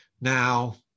Now